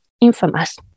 infamous